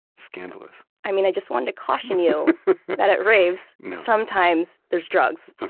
scandalous i mean i just wanted to caution you that at raves, sometimes there's drugs.